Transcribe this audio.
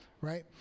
Right